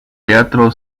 teatro